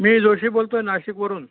मी जोशी बोलतो आहे नाशिकवरून